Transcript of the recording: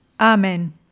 Amen